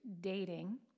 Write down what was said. dating